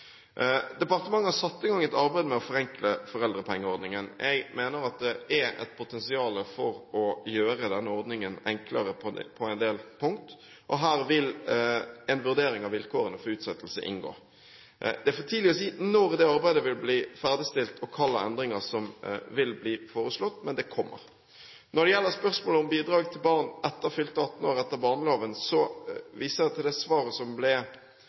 Departementet har satt i gang et arbeid med å forenkle foreldrepengeordningen. Jeg mener at det er et potensial for å gjøre denne ordningen enklere på en del punkter. Her vil en vurdering av vilkårene for utsettelse inngå. Det er for tidlig å si når det arbeidet vil bli ferdigstilt, og hvilke endringer som vil bli foreslått, men det kommer. Når det gjelder spørsmålet om bidrag til barn etter fylte 18 år etter barneloven, viser jeg til det svaret som ble